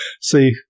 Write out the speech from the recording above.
See